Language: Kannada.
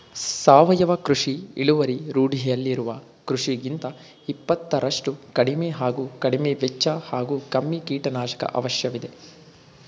ಸಾವಯವ ಕೃಷಿ ಇಳುವರಿ ರೂಢಿಯಲ್ಲಿರುವ ಕೃಷಿಗಿಂತ ಇಪ್ಪತ್ತರಷ್ಟು ಕಡಿಮೆ ಹಾಗೂ ಕಡಿಮೆವೆಚ್ಚ ಹಾಗೂ ಕಮ್ಮಿ ಕೀಟನಾಶಕ ಅವಶ್ಯವಿದೆ